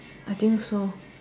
I think so